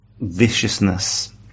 viciousness